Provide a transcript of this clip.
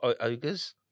ogres